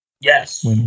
Yes